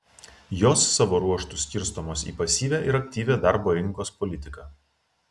jos savo ruožtu skirstomos į pasyvią ir aktyvią darbo rinkos politiką